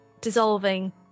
Dissolving